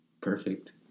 Perfect